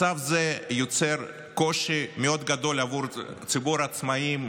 מצב זה יוצר קושי מאוד גדול בעבור ציבור העצמאים,